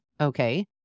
okay